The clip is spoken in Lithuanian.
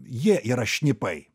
jie yra šnipai